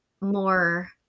more